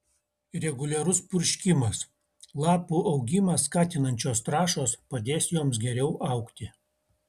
reguliarus purškimas lapų augimą skatinančios trąšos padės joms geriau augti